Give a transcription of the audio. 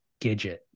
Gidget